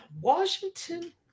Washington